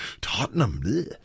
Tottenham